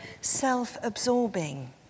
self-absorbing